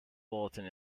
bulletin